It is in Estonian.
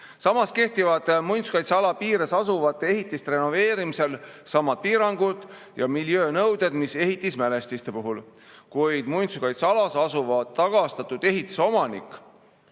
Samas kehtivad muinsuskaitseala piires asuvate ehitiste renoveerimisel samad piirangud ja miljöönõuded, mis ehitismälestiste puhul, kuid muinsuskaitsealas asuva tagastatud ehitise omanik